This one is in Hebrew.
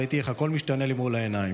ראיתי איך הכול משתנה לי מול העיניים.